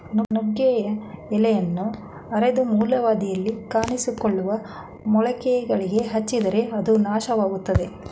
ನುಗ್ಗೆಯ ಎಲೆಯನ್ನ ಅರೆದು ಮೂಲವ್ಯಾಧಿಯಲ್ಲಿ ಕಾಣಿಸಿಕೊಳ್ಳುವ ಮೊಳಕೆಗಳಿಗೆ ಹಚ್ಚಿದರೆ ಅದು ನಾಶವಾಗ್ತದೆ